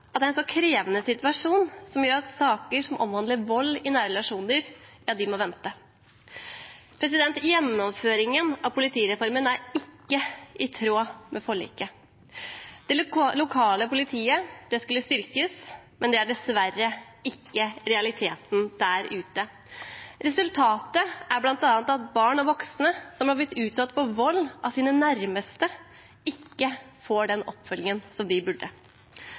dem. Det er en alvorlig situasjon i Øst politidistrikt. Bistandsadvokater har uttrykt at de er bekymret for rettssikkerheten til barn og voksne som er utsatt for vold og overgrep. Politimesteren har selv uttalt at den krevende situasjonen gjør at saker som omhandler vold i nære relasjoner, må vente. Gjennomføringen av politireformen er ikke i tråd med forliket. Det lokale politiet skulle styrkes, men det er dessverre ikke realiteten der ute. Resultatet er bl.a. at barn og voksne som